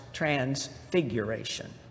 transfiguration